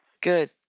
Good